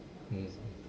mm